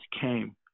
came